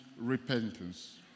repentance